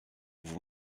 vous